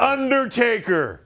Undertaker